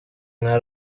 nka